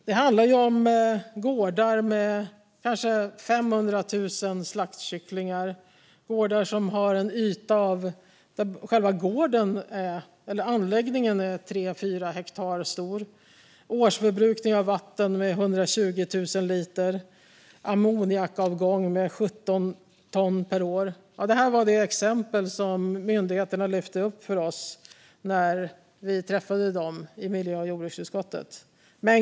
Det handlar ju om gårdar med kanske 500 000 slaktkycklingar där själva anläggningen är 3-4 hektar stor, årsförbrukningen av vatten är 120 000 liter, ammoniakavgången per år är 17 ton och mängden gödsel per år är 4 000 kubikmeter. Det var det exempel som myndigheterna lyfte upp för oss när vi träffade dem i miljö och jordbruksutskottet.